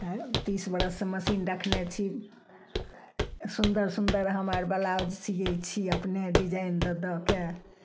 तीस बरससँ मशीन रखने छी सुन्दर सुन्दर हम अर ब्लाउज सीयै छी अपने डिजाइन दऽके